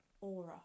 aura